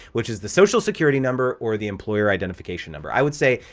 which is the social security number or the employer identification number. i would say,